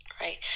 right